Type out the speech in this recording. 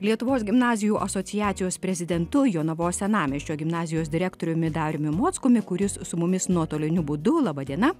lietuvos gimnazijų asociacijos prezidentu jonavos senamiesčio gimnazijos direktoriumi dariumi mockumi kuris su mumis nuotoliniu būdu laba diena